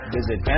Visit